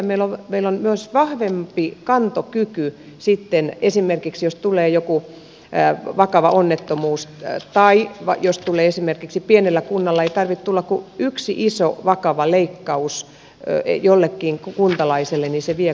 meillä on myös vahvempi kantokyky sitten jos esimerkiksi tulee joku vakava onnettomuus ja esimerkiksi pienellä kunnalla ei tarvitse tulla kuin yksi iso vakava leikkaus jollekin kuntalaiselle niin se vie koko budjetin